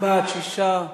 בעד, אין.